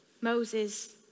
Moses